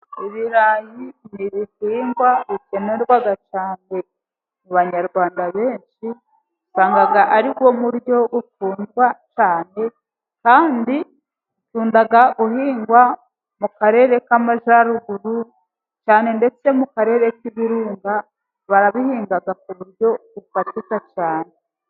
Ibirayi ni ibihingwa bikenerwa cyane ku banyarwanda benshi. Usanga ari wo muryo ukundwa cyane, kandi bikunda guhingwa mu karere k'amajyaruguru, cyane ndetse mu karere k'ibirunga barabihinga ku buryo bufatika cyane.